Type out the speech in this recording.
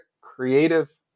creative